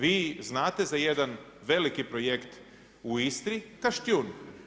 Vi znate za jedan veliki projekt u Istri Kaštijun.